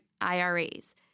IRAs